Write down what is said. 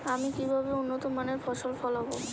আমি কিভাবে উন্নত মানের ফসল ফলাব?